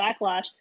backlash